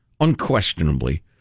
unquestionably